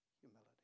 humility